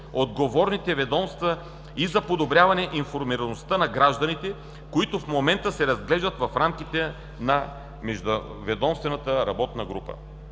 отговорните ведомства и за подобряване на информираността на гражданите, които в момента се разглеждат в рамките на МРГ. Министерството на